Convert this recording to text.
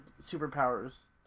superpowers